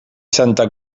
santa